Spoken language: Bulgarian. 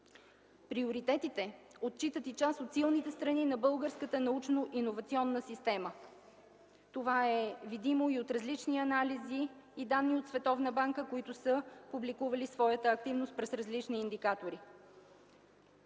Приоритетите отчитат и част от силните страни на българската научно-иновационна система. Това е видимо и от различни анализи и данни от Световната банка, които са публикували своята активност през различни индикатори.